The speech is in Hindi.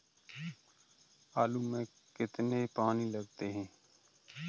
आलू में कुल कितने पानी लगते हैं?